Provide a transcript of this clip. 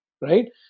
right